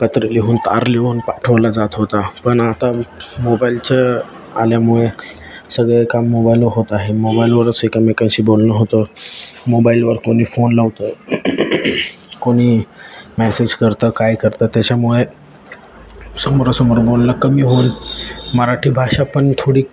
पत्र लिहून तार लिहून पाठवला जात होता पण आता मोबाईलच्या आल्यामुळे सगळे काम मोबाईलवर होत आहे मोबाईलवरच एकमेकांशी बोलणं होतं मोबाईलवर कोणी फोन लावतं कोणी मेसेज करतं काय करतं त्याच्यामुळे समोरासमोर बोलणं कमी होऊन मराठी भाषा पण थोडी